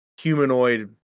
humanoid